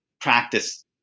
practice